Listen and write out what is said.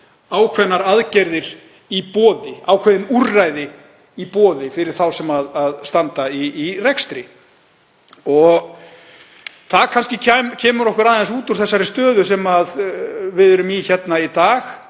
ákveðnar aðgerðir í boði, ákveðin úrræði í boði fyrir þá sem standa í rekstri. Það kemur okkur kannski aðeins út úr þeirri stöðu sem við erum í hérna í dag,